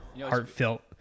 heartfelt